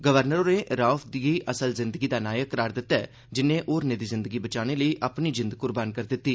governor होरें राउफ गी असल जिंदगी दा नायक करार दित्ता ऐ जिन्नै होरनें दी जिंदगी बचाने लेई अपनी जिंद क्र्बान करी दित्ती